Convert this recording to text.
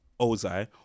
Ozai